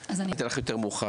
אז אני אתן לך יותר מאוחר.